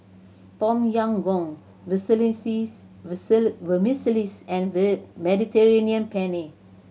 Tom Yam Goong Vermicelli and Mediterranean Penne